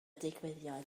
digwyddiad